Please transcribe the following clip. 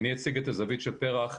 אני אציג את הזווית של פר"ח.